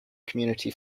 community